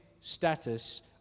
status